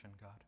god